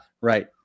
right